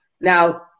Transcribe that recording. Now